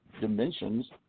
dimensions